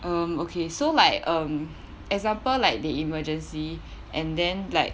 um okay so like um example like they emergency and then like